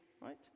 right